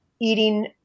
Eating